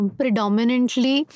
predominantly